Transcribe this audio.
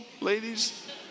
ladies